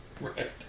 Right